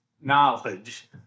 knowledge